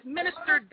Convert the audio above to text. Minister